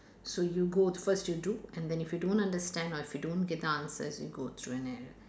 so you go first you do and then if you don't understand or if you don't get the answers you go through an an